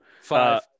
Five